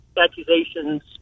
accusations